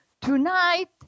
Tonight